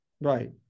Right